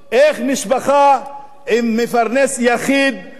איך משפחה עם מפרנס יחיד,